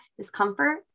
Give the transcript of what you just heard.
discomfort